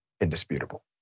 Indisputable